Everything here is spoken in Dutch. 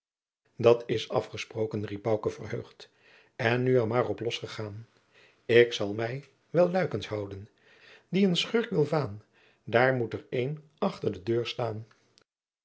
terug dat's afgesproken riep bouke verheugd en nu er maar op los gegaan ik zal mij wel luikes houden die een schurk wil vaân daar moet er een achter de deur staan